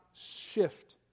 shift